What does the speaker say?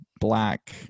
black